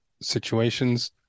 situations